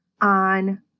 on